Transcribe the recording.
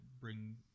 bring